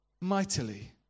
Mightily